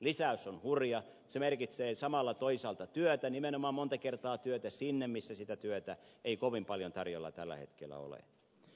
lisäys on hurja se merkitsee samalla toisaalta työtä nimenomaan monta kertaa työtä sinne missä sitä työtä ei kovin paljon tarjolla tällä hetkellä ole